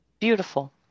Beautiful